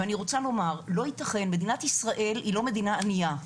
אני רוצה לומר שמדינת ישראל היא לא מדינה ענייה.